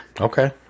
Okay